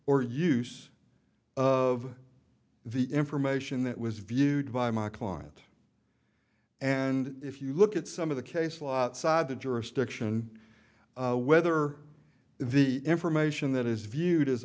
or use of the information that was viewed by my client and if you look at some of the case a lot side the jurisdiction whether in the information that is viewed